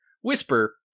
whisper